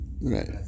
Right